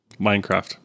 Minecraft